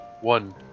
one